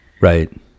Right